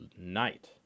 night